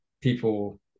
people